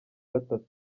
gatatu